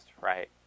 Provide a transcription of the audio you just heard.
right